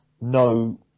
No